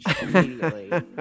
immediately